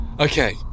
Okay